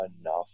enough